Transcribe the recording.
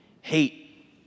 hate